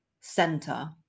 center